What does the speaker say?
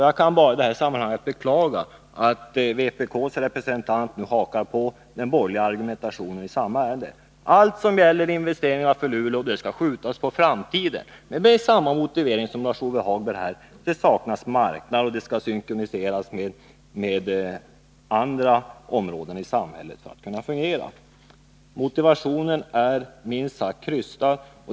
Jag kan i det sammanhanget bara beklaga att vpk:s representant nu hakar på den borgerliga argumenteringen i samma ärende, att allt som gäller investeringarna i Luleå skall skjutas på framtiden, med samma motivering som Lars-Ove Hagbergs här, att det saknas marknad, och det måste synkroniseras med andra områden i samhället för att kunna fungera. Motiveringen är minst sagt krystad.